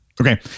Okay